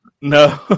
No